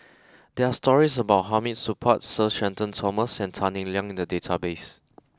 there are stories about Hamid Supaat Sir Shenton Thomas and Tan Eng Liang in the database